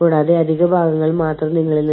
കൂടാതെ അതെല്ലാം ഒരു റെക്കോർഡ് ആയി സൂക്ഷിക്കണം